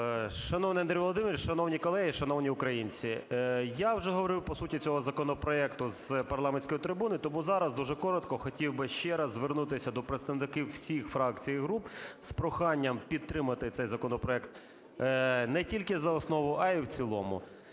Шановний Андрій Володимировичу! Шановні колеги! Шановні українці! Я вже говорив по суті цього законопроекту з парламентської трибуни, тому зараз дуже коротко хотів би ще раз звернутися до представників всіх фракцій і груп з проханням підтримати цей законопроект не тільки за основу, а й в цілому.